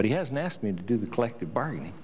but he has now asked me to do the collective bargaining